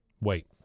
wait